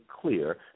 clear